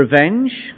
revenge